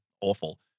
awful